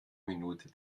minute